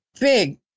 big